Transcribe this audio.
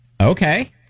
Okay